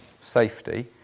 safety